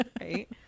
Right